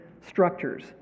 structures